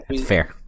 fair